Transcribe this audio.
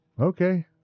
Okay